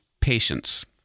patience